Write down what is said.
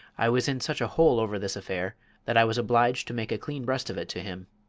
i was in such a hole over this affair that i was obliged to make a clean breast of it to him.